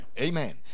Amen